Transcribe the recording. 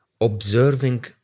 observing